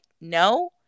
no